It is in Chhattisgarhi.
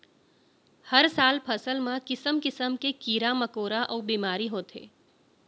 हर साल फसल म किसम किसम के कीरा मकोरा अउ बेमारी होथे